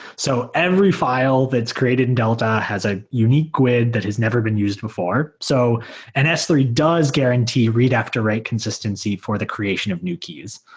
so every file that's created in delta has a unique guid that has never been used before, so and s three does guarantee read after write consistency for the creation of new keys.